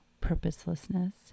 purposelessness